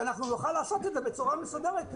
שאנחנו נוכל לעשות את זה בצורה מסודרת.